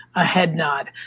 a head nod,